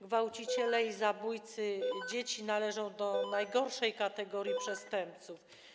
Gwałciciele i zabójcy dzieci należą do najgorszej kategorii przestępców.